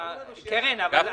באמת